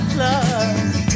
love